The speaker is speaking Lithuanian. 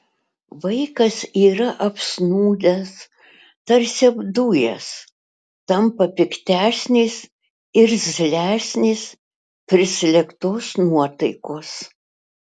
vaikas yra apsnūdęs tarsi apdujęs tampa piktesnis irzlesnis prislėgtos nuotaikos